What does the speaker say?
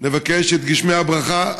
נבקש את גשמי הברכה,